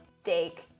steak